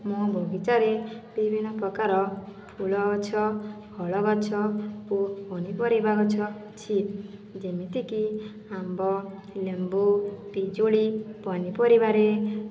ମୋ ବଗିଚାରେ ବିଭିନ୍ନ ପ୍ରକାର ଫୁଲ ଗଛ ଫଳ ଗଛ ଓ ପନିପରିବା ଗଛ ଅଛି ଯେମିତିକି ଆମ୍ବ ଲେମ୍ବୁ ପିଜୁଳି ପନିପରିବାରେ